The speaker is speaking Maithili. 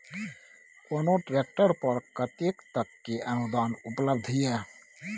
कोनो ट्रैक्टर पर कतेक तक के अनुदान उपलब्ध ये?